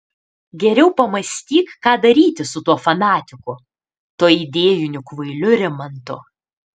geriau pamąstyk ką daryti su tuo fanatiku tuo idėjiniu kvailiu rimantu